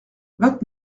vingt